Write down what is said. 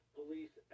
Police